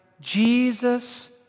Jesus